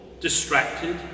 distracted